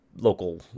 local